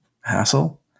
hassle